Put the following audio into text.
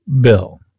bill